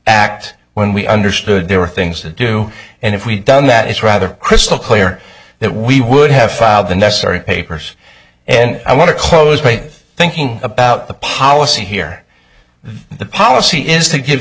act when we understood there were things to do and if we done that it's rather crystal clear that we would have filed the necessary papers and i want to close by thinking about the policy here the policy is to give